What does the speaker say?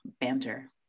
Banter